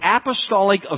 apostolic